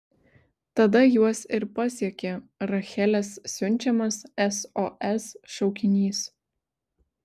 tada juos ir pasiekė rachelės siunčiamas sos šaukinys